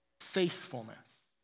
faithfulness